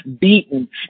beaten